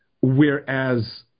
Whereas